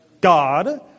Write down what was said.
God